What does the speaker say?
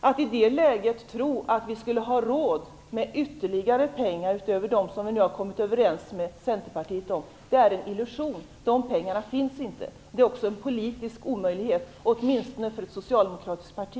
Att i det läget tro att man skulle ha råd med ytterligare pengar utöver dem som vi kom överens med Centerpartiet om är en illusion. Dessa pengar finns inte. Det är också en politisk omöjlighet att göra så, åtminstone för ett socialdemokratiskt parti.